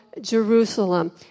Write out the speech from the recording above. Jerusalem